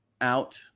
out